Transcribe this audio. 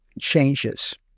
changes